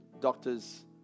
doctor's